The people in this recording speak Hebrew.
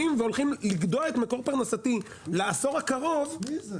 והולכים לגדוע את מקור פרנסתי לעשור הקרוב --- מי זה?